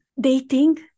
dating